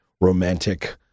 romantic